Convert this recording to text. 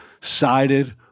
sided